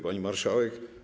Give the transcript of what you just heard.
Pani Marszałek!